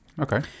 Okay